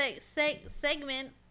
segment